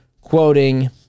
quoting